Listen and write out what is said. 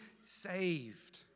saved